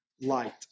light